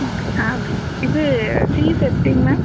ஆ இது ஃபீஸ் எப்படிங்க மேம்